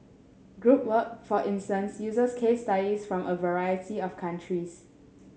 group work for instance uses case studies from a variety of countries